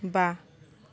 बा